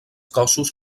cossos